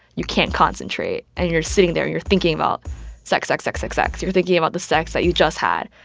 you can't concentrate. and you're sitting there, and you're thinking about sex, sex, sex, sex, sex. you're thinking about the sex that you just had.